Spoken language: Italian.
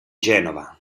genova